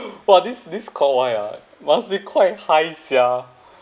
!wah! this this Kok Wai ah must be quite high sia